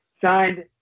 signed